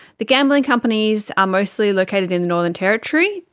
the gambling companies are mostly located in the northern territory.